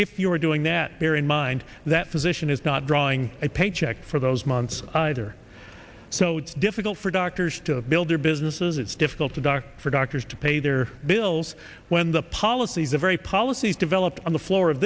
if you are doing that bear in mind that position is not drawing a paycheck for those months or so it's difficult for doctors to build their businesses it's difficult to dock for doctors to pay their bills when the policies are very policies developed on the floor of